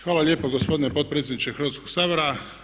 Hvala lijepa gospodine potpredsjedniče Hrvatskog sabora.